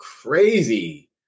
crazy